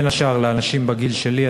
בין השאר לאנשים בגיל שלי,